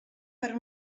per